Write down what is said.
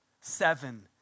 seven